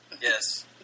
Yes